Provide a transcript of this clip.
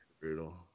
Brutal